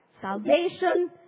salvation